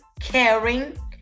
caring